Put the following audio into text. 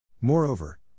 Moreover